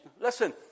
Listen